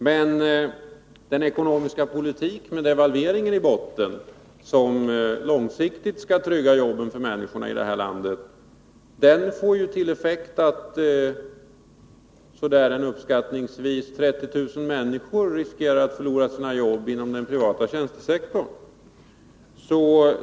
Men den ekonomiska politiken, med devalveringen i botten, som långsiktigt skall trygga jobben för människorna här i landet, får ju till effekt att uppskattningsvis 30 000 människor riskerar att förlora sina jobb inom den privata tjänstesektorn.